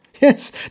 Yes